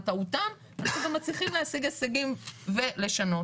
טעותם וגם מצליחים להשיג השגים ולשנות.